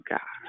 God